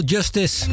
Justice